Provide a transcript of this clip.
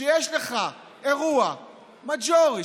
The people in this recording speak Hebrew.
יש לך אירוע מז'ורי.